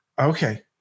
Okay